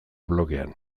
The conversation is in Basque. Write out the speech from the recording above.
blogean